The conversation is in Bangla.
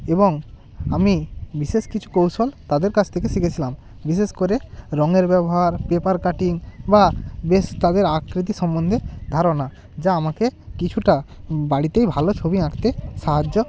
এবং আমি বিশেষ কিছু কৌশল তাদের কাছ থেকে শিখেছিলাম বিশেষ করে রঙের ব্যবহার পেপার কাটিং বা বেশ তাদের আকৃতি সম্বন্ধে ধারণা যা আমাকে কিছুটা বাড়িতেই ভালো ছবি আঁকতে সাহায্য